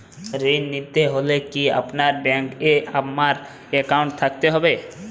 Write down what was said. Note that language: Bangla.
ঋণ নিতে হলে কি আপনার ব্যাংক এ আমার অ্যাকাউন্ট থাকতে হবে?